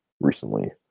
recently